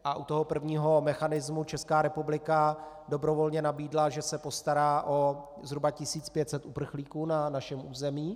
A u toho prvního mechanismu Česká republika dobrovolně nabídla, že se postará o zhruba 1 500 uprchlíků na našem území.